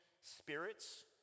spirits